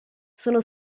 sono